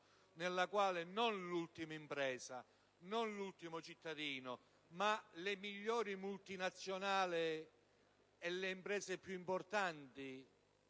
in cui non l'ultima impresa o l'ultimo cittadino, ma le migliori multinazionali e le imprese più importanti